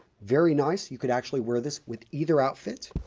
very nice. you could actually wear this with either outfit.